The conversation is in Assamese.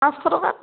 পাঁচশ টকা